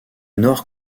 nord